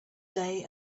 day